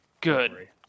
Good